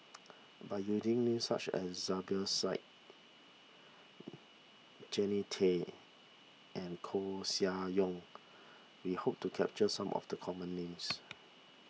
by using names such as Zubir Said Jannie Tay and Koeh Sia Yong we hope to capture some of the common names